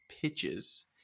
pitches